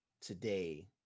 today